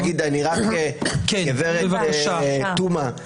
גברת תומא.